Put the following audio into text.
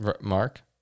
Mark